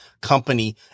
company